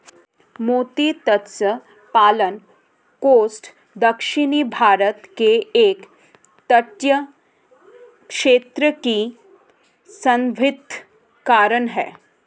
मोती मत्स्य पालन कोस्ट दक्षिणी भारत के एक तटीय क्षेत्र को संदर्भित करता है